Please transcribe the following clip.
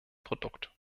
produkt